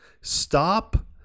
stop